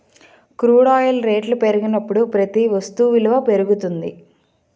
crude oil రేట్లు పెరిగినప్పుడు ప్రతి వస్తు విలువ పెరుగుతుంది